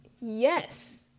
Yes